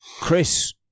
Chris